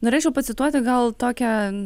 norėčiau pacituoti gal tokią